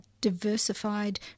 diversified